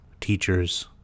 teachers